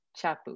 chapu